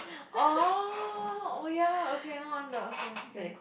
oh oh ya okay no wonder okay okay